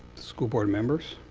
school board members,